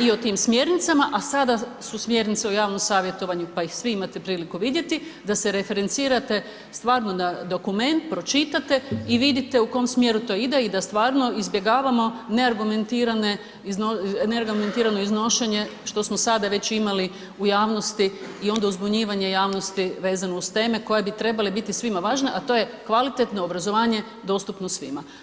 i o tim smjernicama, a sada su smjernice u javnom savjetovanju pa ih svi imate priliku vidjeti da se referencirate stvarno da dokument pročitate i vidite u kom smjeru to ide i da stvarno izbjegavamo neargumentirane, neargumentirano iznošenje što smo sada već imali u javnosti i onda uzbunjivanje javnosti vezano uz teme koje bi trebale biti svima važne, a to je kvalitetno obrazovanje dostupno svima.